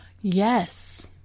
yes